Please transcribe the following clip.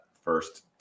first